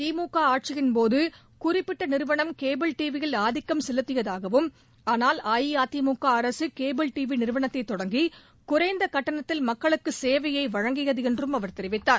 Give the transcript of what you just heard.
திமுக ஆட்சியின் போது குறிப்பிட்ட நிறுவனம் கேபிள் டிவியில் ஆதிக்கம் செலுத்தியதாகவும் ஆனால் அஇஅதிமுக அரசு கேபிள் டிவி நிறுவனத்தை தொடங்கி குறைந்த கட்டணத்தில் மக்களுக்கு சேவைய வழங்கியது என்றும் அவர் தெரிவித்தார்